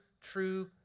true